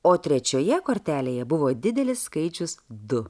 o trečioje kortelėje buvo didelis skaičius du